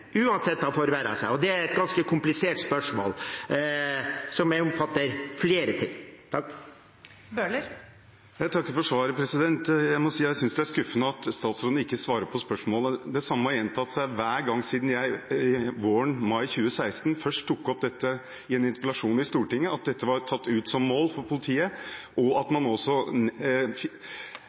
er et ganske komplisert spørsmål som omfatter flere ting. Jeg takker for svaret, men jeg synes det er skuffende at statsråden ikke svarer på spørsmålet. Det samme har gjentatt seg hver gang siden jeg første gang, i en interpellasjon i Stortinget i mai 2016, tok opp at dette var tatt ut som et mål for politiet, og at man også